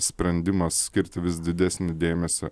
sprendimas skirti vis didesnį dėmesį